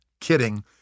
Kidding